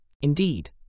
Indeed